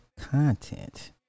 content